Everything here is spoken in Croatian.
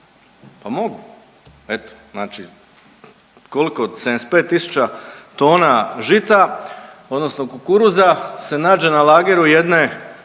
Pa mogu eto znači koliko 75.000 tona žita odnosno kukuruza se nađe na lageru jedne